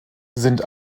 sind